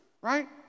right